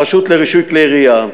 הרשות לרישוי כלי ירייה: